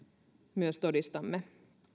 myös todistamme